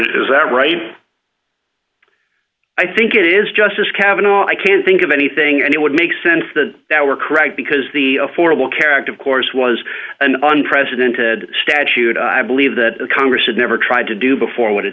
or is that right i think it is justice kavanagh i can't think of anything and it would make sense that that were correct because the affordable care act of course was an unprecedented statute i believe that congress had never tried to do before w